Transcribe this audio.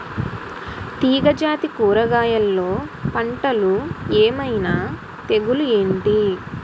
తీగ జాతి కూరగయల్లో పంటలు ఏమైన తెగులు ఏంటి?